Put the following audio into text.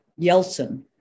Yeltsin